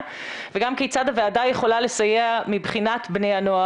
אבל גם שם קיים פשוט --- שמשחרר מתכות רעילות